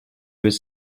was